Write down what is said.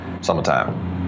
summertime